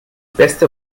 beste